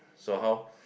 so how